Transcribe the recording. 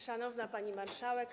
Szanowna Pani Marszałek!